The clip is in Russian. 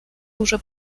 уже